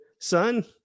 son